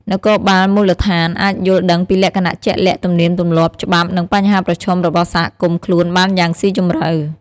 នគរបាលមូលដ្ឋានអាចយល់ដឹងពីលក្ខណៈជាក់លាក់ ទំនៀមទម្លាប់ ច្បាប់ និងបញ្ហាប្រឈមរបស់សហគមន៍ខ្លួនបានយ៉ាងស៊ីជម្រៅ។